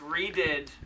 redid